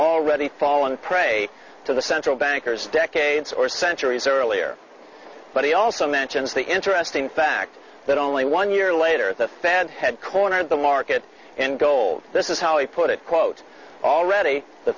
already fallen prey to the central bankers decades or centuries earlier but he also mentions the interesting fact that only one year later the fed had cornered the market in gold this is how he put it quote already the